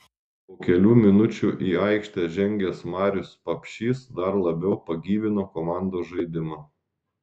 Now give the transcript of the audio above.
po kelių minučių į aikštę žengęs marius papšys dar labiau pagyvino komandos žaidimą